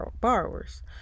borrowers